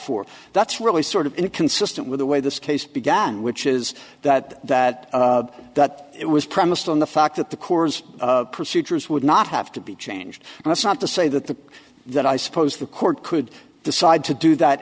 for that's really sort of inconsistent with the way this case began which is that that that it was premised on the fact that the corps procedures would not have to be changed and it's not to say that the that i suppose the court could decide to do that